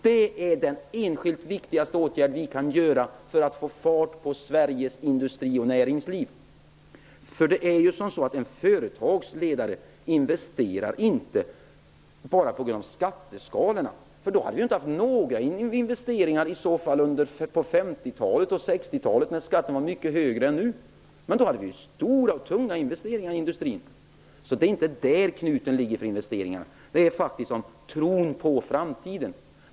Det är den viktigaste enskilda åtgärden som vi kan vidta för att få fart på Sveriges industri och näringsliv. En företagsledare investerar inte enbart med hänsyn till skatteskalorna. I så fall hade det inte gjorts några investeringar under 50 och 60-talet när skatten var mycket högre än nu. Men då gjordes det stora och tunga investeringar i industrin. Det är inte där knuten i fråga om investeringar ligger, utan det gäller tron på framtiden.